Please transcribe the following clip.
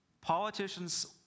Politicians